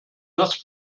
das